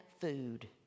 food